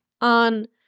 on